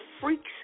Freaks